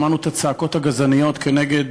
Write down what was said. שמענו את הצעקות הגזעניות כנגד